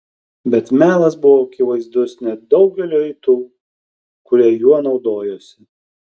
bet melas buvo akivaizdus net daugeliui tų kurie juo naudojosi